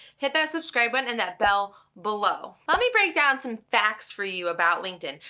hit that subscribe button and that bell below. let me break down some facts for you about linkedin.